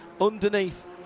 underneath